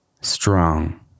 strong